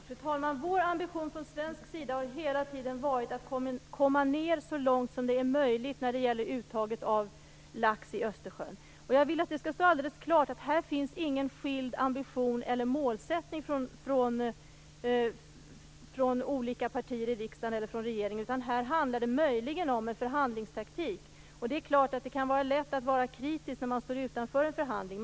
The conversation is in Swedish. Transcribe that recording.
Fru talman! Vår ambition från svensk sida har hela tiden varit att komma så långt ned som möjligt när det gäller uttaget av lax i Östersjön. Jag vill att det skall stå alldeles klart att det inte finns någon skild ambition eller målsättning från olika partier i riksdagen eller från regeringen, utan här handlar det möjligen om en förhandlingstaktik. Det kan vara lätt att vara kritisk när man står utanför en förhandling.